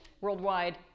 Worldwide